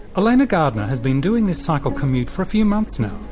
elaena gardener has been doing this cycle commute for a few months now.